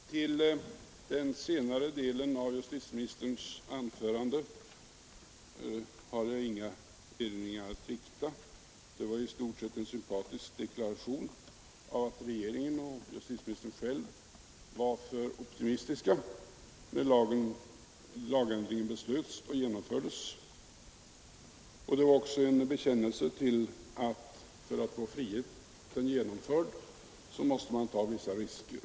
Herr talman! Till den senare delen av justitieministerns anförande har jag inga erinringar att göra. Det var i stort sett en sympatisk deklaration om att regeringen och justitiministen själv var för optimistiska när lagändringen beslöts och genomfördes. Det var också en bekännelse av att man för att få friheten genomförd måste ta vissa risker.